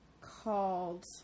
called